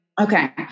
Okay